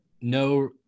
No